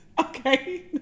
okay